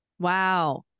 Wow